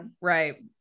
Right